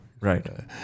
Right